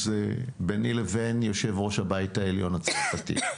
אז ביני לבין יושב-ראש הבית העליון הצרפתי.